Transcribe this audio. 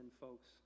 folks